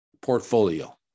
portfolio